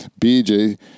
BJ